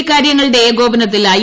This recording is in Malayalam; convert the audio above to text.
ഇക്കാര്യങ്ങളുടെ ഏകോപനത്തിൽ ഐ